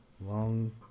long